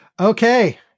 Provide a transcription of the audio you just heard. Okay